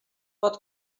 pot